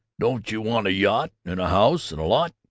don't you want a yacht, and a house and lot?